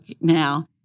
now